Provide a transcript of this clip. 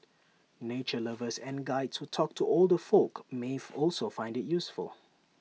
nature lovers and Guides who talk to older folk may also find IT useful